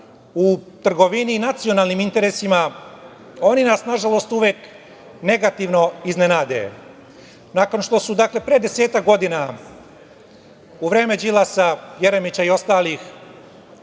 u trgovini nacionalnim interesima, oni nas nažalost uvek negativno iznenade. Nakon što su pre desetak godina, u vreme Đilasa, Jeremića i ostalih